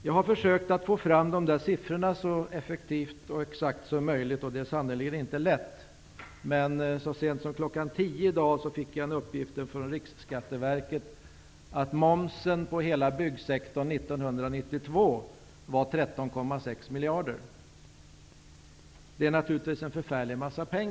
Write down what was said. Jag har försökt att få fram de här siffrorna så effektivt och exakt som möjligt, och det är sannerligen inte lätt. Men så sent som kl. 10.00 i dag fick jag från Riksskatteverket uppgiften att momsen avseende hela byggsektorn 1992 var 13,6 miljarder. Det är naturligtvis förfärligt mycket pengar.